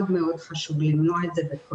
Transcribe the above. מאוד מאוד חשוב למנוע את זה.